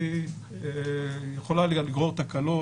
הוא יכול לגרור תקלות.